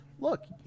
look